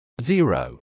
zero